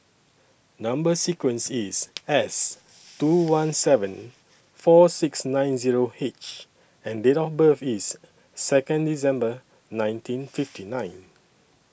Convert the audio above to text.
Number sequence IS S two one seven four six nine Zero H and Date of birth IS Second December nineteen fifty nine